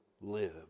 live